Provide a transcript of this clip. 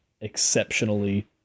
exceptionally